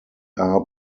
are